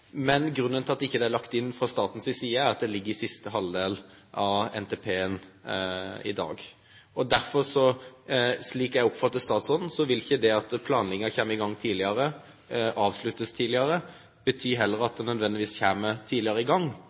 Men grunnen til at det ikke er lagt inn fra statens side, er at det ligger i siste halvdel av NTP-en i dag. Derfor vil, slik jeg oppfatter statsråden, det at planleggingen kommer i gang tidligere og avsluttes tidligere, heller ikke nødvendigvis bety at man kommer tidligere i gang